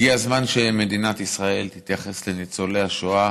הגיע הזמן שמדינת ישראל תתייחס לניצולי השואה